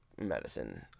medicine